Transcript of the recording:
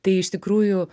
tai iš tikrųjų